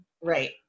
Right